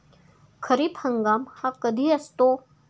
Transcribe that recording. खरीप हंगाम हा कधी असतो?